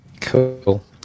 Cool